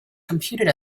computed